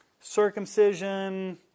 circumcision